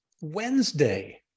Wednesday